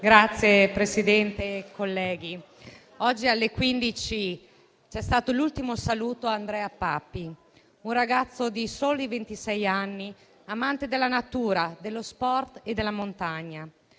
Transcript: Signor Presidente, colleghi, oggi alle 15 c'è stato l'ultimo saluto ad Andrea Papi: un ragazzo di soli ventisei anni amante della natura, dello sport e della montagna;